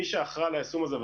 מי שאחראי על היישום הזה,